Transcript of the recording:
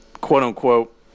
quote-unquote